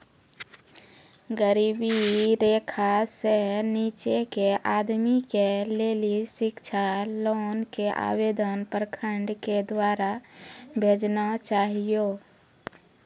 गरीबी रेखा से नीचे के आदमी के लेली शिक्षा लोन के आवेदन प्रखंड के द्वारा भेजना चाहियौ?